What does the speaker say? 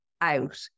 out